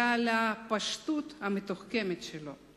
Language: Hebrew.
ועל הפשטות המתוחכמת שלו.